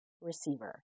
receiver